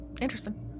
interesting